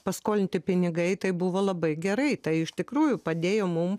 paskolinti pinigai tai buvo labai gerai tai iš tikrųjų padėjo mum